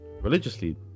religiously